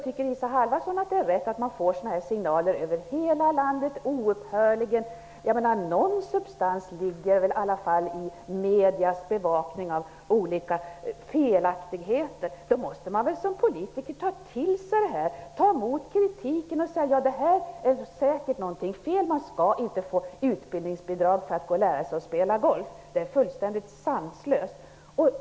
Tycker Isa Halvarsson att det är rätt att man får sådana signaler över hela landet och oupphörligen? Någon substans ligger det väl i alla fall i medias bevakning av olika felaktigheter. Då måste man väl som politiker ta till sig det här, ta emot kritiken och säga: Det ligger säkert något i detta. Man skall inte få utbildningsbidrag för att lära sig att spela golf. Det är fullständigt sanslöst!